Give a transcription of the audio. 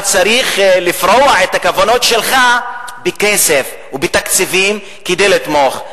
אתה צריך לפרוע את הכוונות שלך בכסף ובתקציבים כדי לתמוך.